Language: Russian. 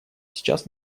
сейчас